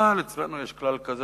אבל אצלנו יש כלל כזה